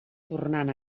tornat